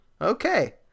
okay